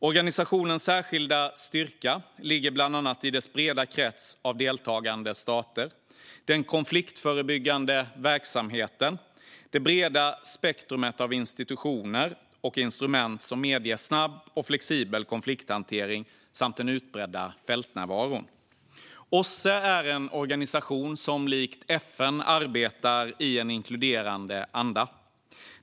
Organisationens särskilda styrka ligger bland annat i dess breda krets av deltagande stater, den konfliktförebyggande verksamheten, det breda spektrumet av institutioner och instrument som medger snabb och flexibel konflikthantering samt den utbredda fältnärvaron. OSSE är en organisation som likt FN arbetar i en inkluderande anda.